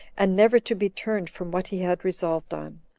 and never to be turned from what he had resolved on.